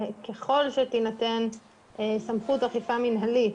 ככל שתינתן סמכות אכיפה מנהלית